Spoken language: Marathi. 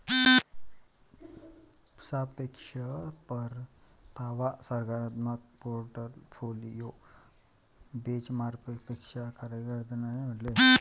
सापेक्ष परतावा सकारात्मक पोर्टफोलिओ बेंचमार्कपेक्षा चांगली कामगिरी करतात असे म्हटले जाते